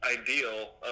ideal